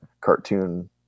cartoon